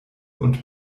und